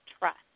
trust